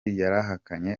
yarahakanye